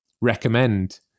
recommend